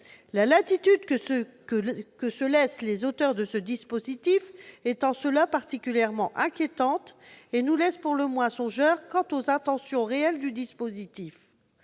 La latitude que se laissent les auteurs de ce dispositif est en cela particulièrement inquiétante et nous laisse pour le moins songeurs quant à leurs intentions réelles. J'ai